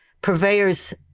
purveyors